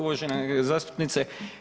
Uvažena zastupnice.